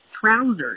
trousers